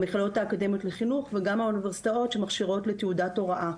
המכללות האקדמיות לחינוך וגם האוניברסיטאות שמכשירות לתעודת הוראה.